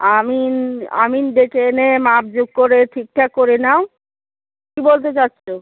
আমিন আমিন ডেকে এনে মাপ ঝুপ করে ঠিকঠাক করে নাও কী বলতে চাচ্ছো